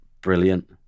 brilliant